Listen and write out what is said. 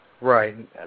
Right